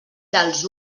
dels